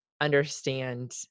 understand